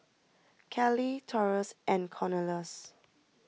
Cali Taurus and Cornelious